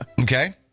Okay